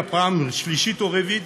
פעם שלישית ורביעית,